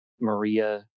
Maria